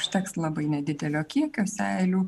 užteks labai nedidelio kiekio seilių